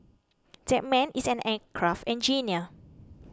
that man is an aircraft engineer